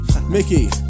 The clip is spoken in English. Mickey